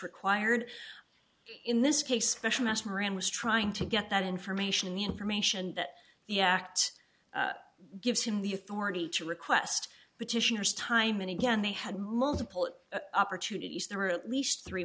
required in this case specialist moran was trying to get that information the information that the act gives him the authority to request petitioners time and again they had multiple opportunities there were at least three